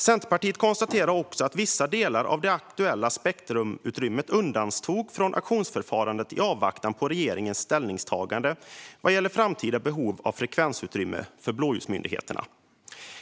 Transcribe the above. Centerpartiet konstaterar också att vissa delar av det aktuella spektrumutrymmet undantogs från auktionsförfarandet i avvaktan på regeringens ställningstagande vad gäller framtida behov av frekvensutrymme för blåljusmyndigheterna.